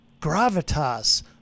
gravitas